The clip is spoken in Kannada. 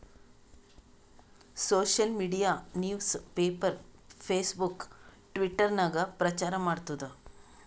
social media news paper, Facebook, Twitter ನಾಗ್ ಪ್ರಚಾರ್ ಮಾಡ್ತುದ್